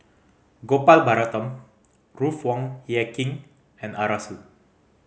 Gopal Baratham Ruth Wong Hie King and Arasu